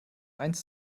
eins